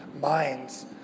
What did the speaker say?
minds